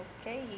Okay